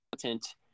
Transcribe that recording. content